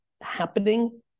happening